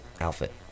outfit